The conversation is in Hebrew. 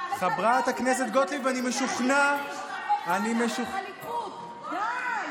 חברת הכנסת גוטליב, אני משוכנע, די.